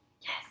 Yes